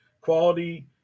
quality